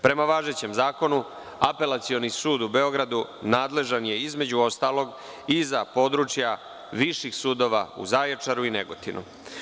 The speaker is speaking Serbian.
Prema važećem Zakonu, Apelacioni sud u Beogradu nadležan je, između ostalog, i za područja viših sudova u Zaječaru i Negotinu.